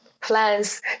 plans